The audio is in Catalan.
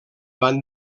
van